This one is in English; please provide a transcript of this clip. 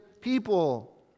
people